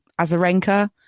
Azarenka